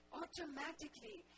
automatically